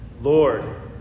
Lord